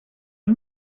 are